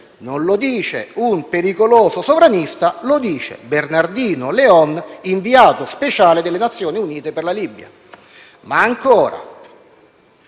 E lo dice non un pericoloso sovranista, ma Bernardino León, inviato speciale delle Nazioni Unite per la Libia. Ma ancora: